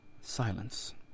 silence